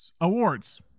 awards